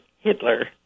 Hitler